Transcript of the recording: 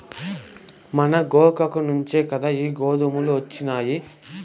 మన గోగాకు నుంచే కదా ఈ గోతాములొచ్చినాయి